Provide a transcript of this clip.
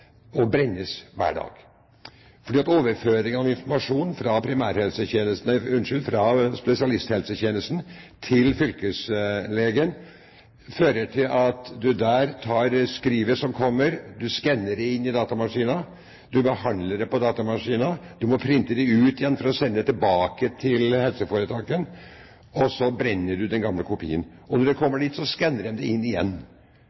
informasjon fra spesialisthelsetjenesten til fylkeslegen fører til at man der tar skrivet som kommer, man skanner det inn i datamaskinen, man behandler det på datamaskinen, man printer det ut igjen for å sende det tilbake til helseforetaket, og så brenner man den gamle kopien, og når det kommer dit, skanner man det inn igjen.